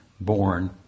born